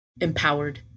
empowered